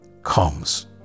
comes